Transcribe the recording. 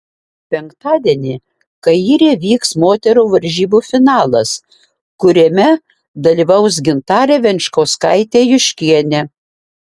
penktadienį kaire vyks moterų varžybų finalas kuriame dalyvaus gintarė venčkauskaitė juškienė